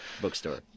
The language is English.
Bookstore